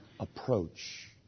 Approach